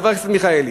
חבר הכנסת מיכאלי,